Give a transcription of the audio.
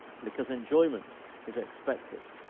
because enjoyment is expected